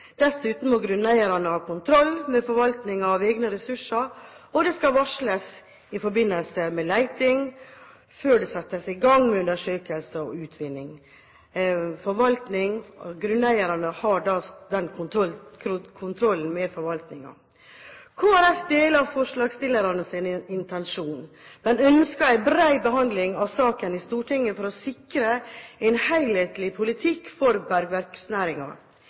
Dessuten må grunneierne ha kontroll med forvaltningen av egne ressurser, og det skal varsles i forbindelse med leting før det settes i gang undersøkelser og utvinning. Kristelig Folkeparti deler forslagsstillernes intensjon, men ønsker en bred behandling av saken i Stortinget for å sikre en helhetlig politikk for